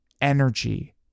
energy